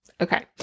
Okay